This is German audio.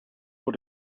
vor